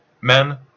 Men